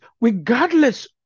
regardless